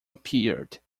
appeared